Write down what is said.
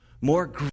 more